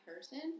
person